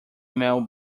male